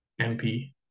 MP